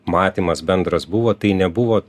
matymas bendras buvo tai nebuvo